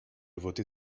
voter